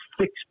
six